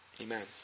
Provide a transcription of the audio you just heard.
Amen